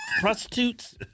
prostitutes